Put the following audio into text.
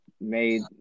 made